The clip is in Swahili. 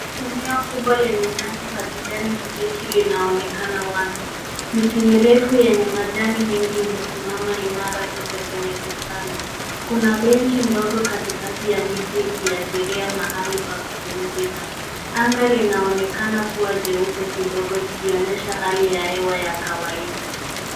Eneo kubwa lenye nyasi za kijani kibichi linaonekana wazi. Miti mirefu yenye majani mengi imesimama imara kote kwenye bustani. Kuna benchi ndogo katikati ya miti ikiashiria mahali pa kupumzika. Anga linaonekana kua jeupe kidogo, likionyesha hali ya hewa ya kawaida.